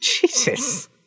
Jesus